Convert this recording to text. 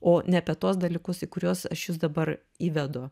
o ne apie tuos dalykus į kuriuos aš jus dabar įvedu